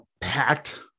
packed